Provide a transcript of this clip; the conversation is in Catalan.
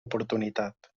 oportunitat